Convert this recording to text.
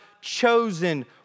chosen